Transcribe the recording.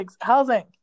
housing